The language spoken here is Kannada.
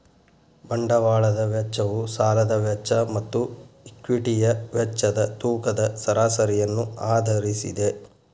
ಬಂಡವಾಳದ ವೆಚ್ಚವು ಸಾಲದ ವೆಚ್ಚ ಮತ್ತು ಈಕ್ವಿಟಿಯ ವೆಚ್ಚದ ತೂಕದ ಸರಾಸರಿಯನ್ನು ಆಧರಿಸಿದೆ